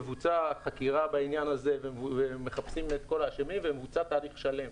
מבוצעת חקירה בעניין הזה ומחפשים את כל האשמים ומבוצע תהליך שלם.